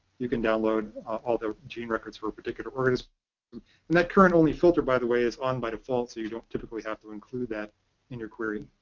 you can download all the gene records for a particular organism. and that current-only filter, by the way, is on by default, so you don't typically have to include that in your query.